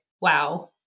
wow